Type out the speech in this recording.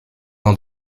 dans